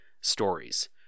stories